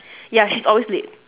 ya she's always late